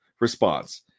response